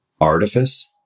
artifice